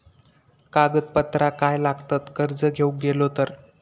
कागदपत्रा काय लागतत कर्ज घेऊक गेलो तर?